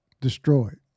destroyed